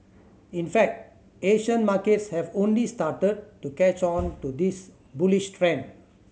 in fact Asian markets have only started to catch on to this bullish trend